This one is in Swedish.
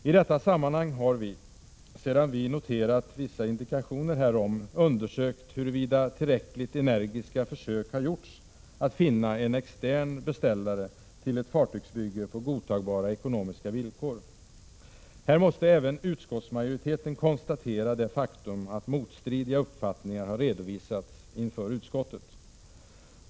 I detta sammanhang har vi — sedan vi noterat vissa indikationer härom — undersökt huruvida tillräckligt energiska försök har gjorts att finna en extern beställare till ett fartygsbygge på godtagbara ekonomiska villkor. Här måste även utskottsmajoriteten konstatera det faktum att motstridiga uppfattningar har redovisats inför utskottet.